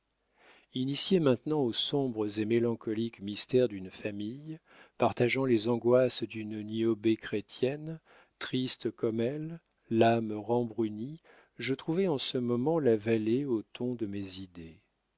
initié maintenant aux sombres et mélancoliques mystères d'une famille partageant les angoisses d'une niobé chrétienne triste comme elle l'âme rembrunie je trouvais en ce moment la vallée au ton de mes idées